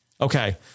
Okay